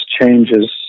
changes